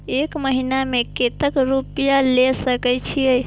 एक महीना में केते रूपया ले सके छिए?